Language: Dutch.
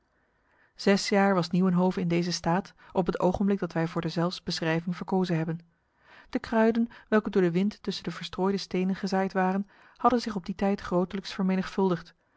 zes jaar was nieuwenhove in deze staat op het ogenblik dat wij voor deszelfs beschrijving verkozen hebben de kruiden welke door de wind tussen de verstrooide stenen gezaaid waren hadden zich op die tijd grotelijks vermenigvuldigd